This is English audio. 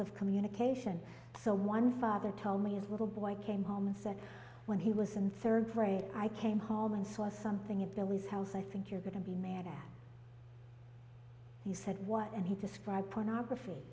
of communication so one father tell me as a little boy came home and said when he was in third grade i came home and saw something in there was how's i think you're going to be man and he said what and he described pornography